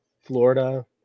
Florida